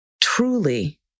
truly